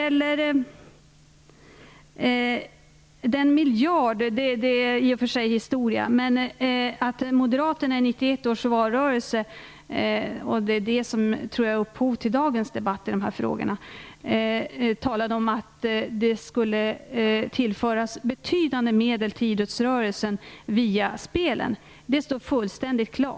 Frågan om miljarden är i och för sig historia, men det står fullständigt klart att moderaterna i 1991 års valrörelse - och jag tror att det är det som är upphovet till dagens debatt i dessa frågor - talade om att idrottsrörelsen skulle tillföras betydande medel via spel.